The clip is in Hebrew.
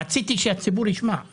רציתי שהציבור ישמע.